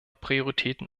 prioritäten